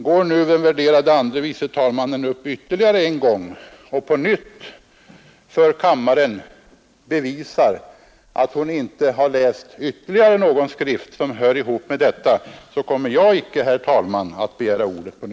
Går nu den värderade fru andre vice talmannen upp ännu en gång och på nytt för kammaren bevisar att hon inte har läst ytterligare någon skrift som hör ihop med denna fråga kommer jag inte, herr talman, att begära ordet igen.